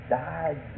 died